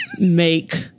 make